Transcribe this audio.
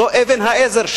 זו אבן-העזר.